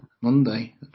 Monday